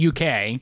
UK